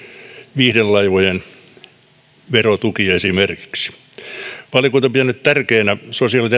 viihdelaivojen verotukia valiokunta on pitänyt tärkeänä sosiaali ja